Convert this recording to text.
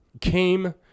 came